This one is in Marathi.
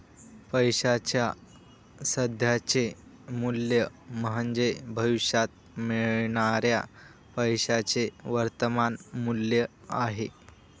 पैशाचे सध्याचे मूल्य म्हणजे भविष्यात मिळणाऱ्या पैशाचे वर्तमान मूल्य आहे